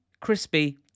Crispy